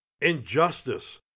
injustice